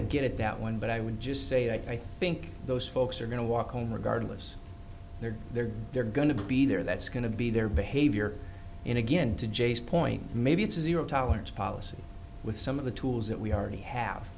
to get at that one but i would just say i think those folks are going to walk home regardless they're there they're going to be there that's going to be their behavior in again to jay's point maybe it's a zero tolerance policy with some of the tools that we already have